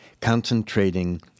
concentrating